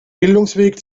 bildungsweg